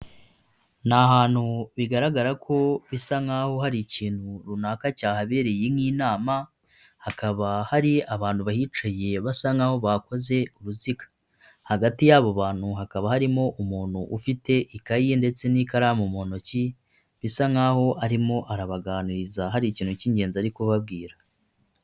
Ni ahantu bigaragara ko, bisa nkaho hari ikintu runaka cyahabereye nk'inama, hakaba hari abantu bahicaye, basa nkaho bakoze uruziga. Hagati y'abo bantu, hakaba harimo umuntu ufite ikayi ndetse n'ikaramu mu ntoki, bisa nkaho arimo arabaganiriza hari ikintu cy'ingenzi ari kubabwira.